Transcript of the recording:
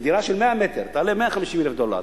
דירה של 100 מטר תעלה 150,000 דולר.